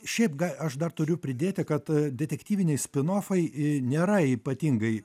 šiaip ga aš dar turiu pridėti kad detektyviniai spinofai į nėra ypatingai